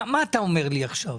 מה אתה אומר לי עכשיו,